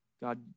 God